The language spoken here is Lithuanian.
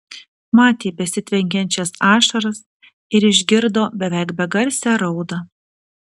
matė besitvenkiančias ašaras ir išgirdo beveik begarsę raudą